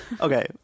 Okay